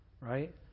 right